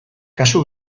kasu